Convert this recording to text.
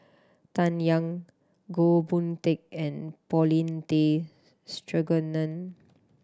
Bai Yan Goh Boon Teck and Paulin Tay Straughan